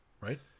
Right